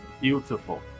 beautiful